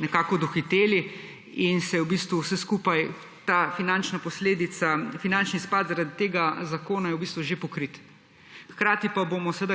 nekako dohiteli in v bistvu vse skupaj je – ta finančna posledica, finančni izpad zaradi tega zakona – v bistvu že pokrito. Hkrati pa,